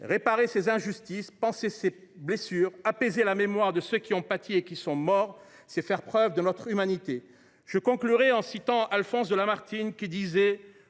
Réparer ces injustices, panser ces blessures, apaiser la mémoire de ceux qui en ont pâti et qui sont morts, c’est faire preuve d’humanité. « Je suis de la couleur de